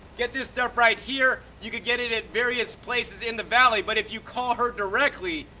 get this stuff right here. you could get it at various places in the valley, but if you call her directly,